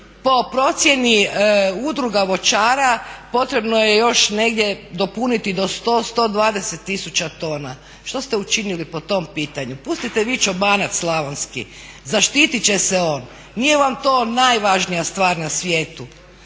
po procjeni udruga voćara potrebno je još negdje dopuniti do 100, 120 tisuća tona. Što ste učinili po tom pitanju? Pustite vi čobanac slavonski, zaštiti će se on, nije vam to najvažnija stvar na svijetu.